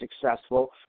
successful